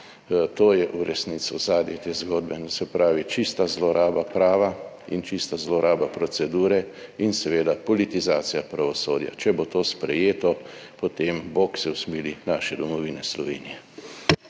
To je v resnici ozadje te zgodbe. Se pravi, čista zloraba prava, čista zloraba procedure in seveda politizacija pravosodja. Če bo to sprejeto, potem bog se usmili naše domovine Slovenije.